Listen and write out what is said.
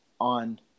on